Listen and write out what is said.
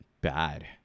Bad